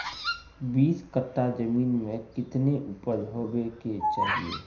बीस कट्ठा जमीन में कितने उपज होबे के चाहिए?